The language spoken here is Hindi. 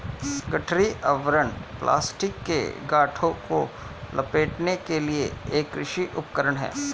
गठरी आवरण प्लास्टिक में गांठों को लपेटने के लिए एक कृषि उपकरण है